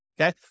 Okay